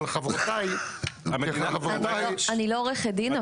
לא, אני לא עורכת דין.